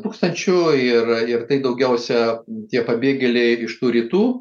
tūkstančių ir ir tai daugiausia tie pabėgėliai iš tų rytų